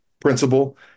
principle